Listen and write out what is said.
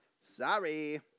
Sorry